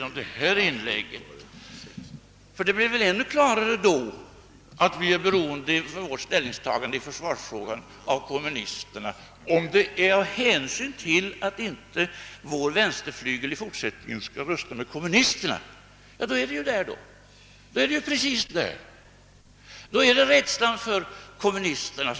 Det blev väl ännu klarare av herr Bohmans senaste inlägg att han mera menar att vi är beroende av kommunisterna i försvarsfrågan. Han säger att det rör sig om hänsyn till att vår vänsterflygel i fortsättningen inte skall rösta kommunistiskt! Då är det alltså fråga om rädsla för kommunisterna.